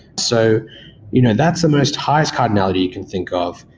so you know that's the most highest cardinality you can think of.